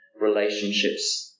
relationships